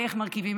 איך מרכיבים,